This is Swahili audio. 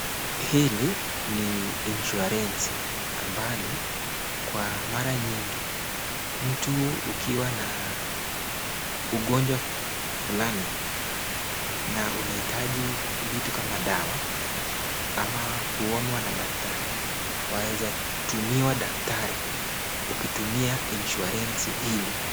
Hili ni insuarensi ambalo kwa mara nyingi mtu ukiwa na ugonjwa fulani na unahitaji vitu kama dawa ama kuonwa daktari, waweza tumiwa daktari ukitumia insuarensi hili.